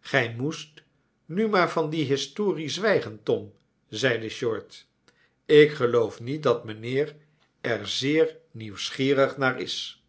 gij moest nu maar van die historie zwijgen tom ze'de short ik geloof niet dat mijnheer er zeer nieuwsgierig naar is